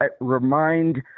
remind